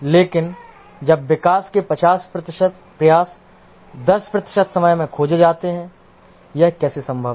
लेकिन तब विकास के 50 प्रतिशत प्रयास 10 प्रतिशत समय में खर्च होते हैं यह कैसे संभव है